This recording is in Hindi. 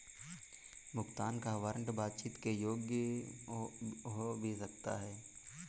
भुगतान का वारंट बातचीत के योग्य हो भी सकता है